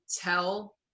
tell